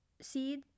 seed